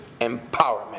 empowerment